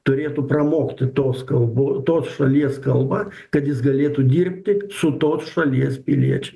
turėtų pramokti tos kalbos tos šalies kalbą kad jis galėtų dirbti su tos šalies piliečiais